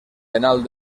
penal